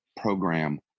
program